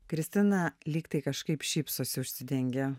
kristina lyg tai kažkaip šypsosi užsidengia